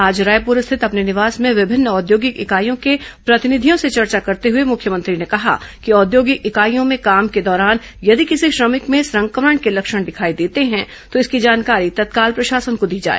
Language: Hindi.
आज रायपूर स्थित अपने निवास में विभिन्न औद्योगिक इकाइयों को प्रतिनिधियों से चर्चा करते हुए मुख्यमंत्री ने कहा कि औद्योगिक इकाईयों में काम के दौरान यदि किसी श्रमिक में संक्रमण के लक्षण दिखाई देते हैं तो इसकी जानकारी तत्काल प्रशासन को दी जाए